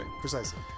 Precisely